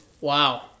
Wow